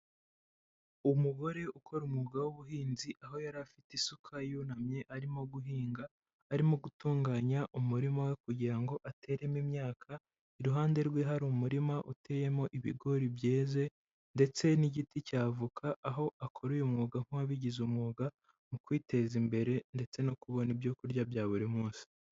Umugore ukora umwuga w'ubuhinzi, aho yari afite isuka yunamye arimo guhinga, arimo gutunganya umurima we kugira ngo ateremo imyaka, iruhande rwe hari umurima uteyemo ibigori byeze, ndetse n'igiti cya avoka, aho akora uyu umwuga nk'uwabigize umwuga, mu kwiteza imbere ndetse no kubona ibyo kurya bya buri munsi.